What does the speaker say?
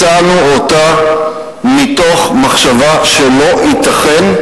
הצענו אותה מתוך מחשבה שלא ייתכן,